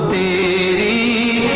a